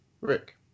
Rick